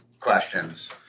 questions